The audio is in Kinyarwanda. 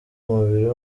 umubiri